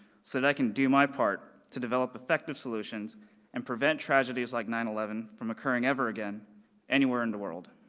so that i can do my part to develop effective solutions and prevent tragedies like nine eleven from occurring every again anywhere in the world.